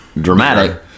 dramatic